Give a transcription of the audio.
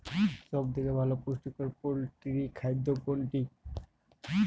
সব থেকে ভালো পুষ্টিকর পোল্ট্রী খাদ্য কোনটি?